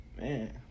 man